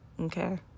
Okay